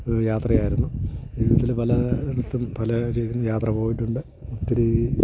യാത്രയായിരുന്നു വീട്ടിൽ പല ഇടത്തും പല രീതിൽ യാത്ര പോയിട്ടുണ്ട് ഒത്തിരി